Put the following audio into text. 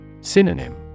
Synonym